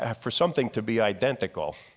ah for something to be identical,